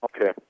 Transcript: Okay